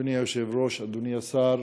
אדוני היושב-ראש, אדוני השר,